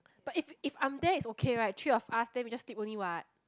but if if I'm there it's okay right three of us then we just sleep only what